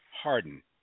Harden